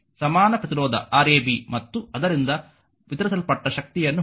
ಸಮಾನ ಪ್ರತಿರೋಧ Rab ಮತ್ತು ಅದರಿಂದ ವಿತರಿಸಲ್ಪಟ್ಟ ಶಕ್ತಿಯನ್ನು ಹುಡುಕಿ